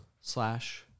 Slash